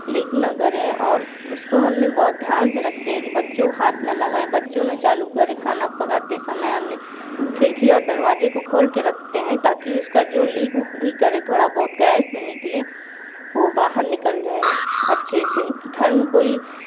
leak न करे और उसको हमने बहुत ध्यान से रखते हैं कि बच्चों हाथ ना लगाएं बच्चों न चालू करें खाना पकाते समय हमने खिड़की और दरवाजे को खोल के रखते हैं ताकि उसका जो लीक ऊक भी करे थोड़ा बहुत गैस भी निकले वो बाहर निकल जाए अच्छे से कि घर में कोई